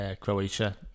Croatia